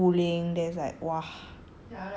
damn like cooling then like !wah!